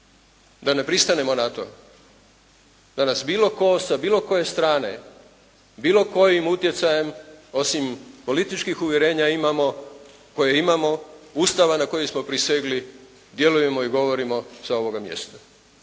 da ne pristanemo na to da nas bilo tko sa bilo koje strane, bilo kojim utjecajem osim političkih uvjerenja imamo koje imamo, Ustava na koji smo prisegli, djelujemo i govorimo sa ovoga mjesta.